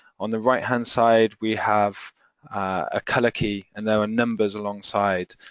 on the right-hand side, we have a colour key and there are numbers alongside,